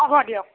হ'ব দিয়ক